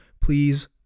Please